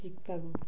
Chicago